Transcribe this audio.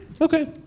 Okay